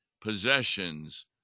possessions